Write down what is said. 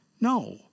No